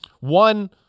one